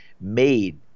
made